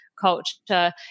culture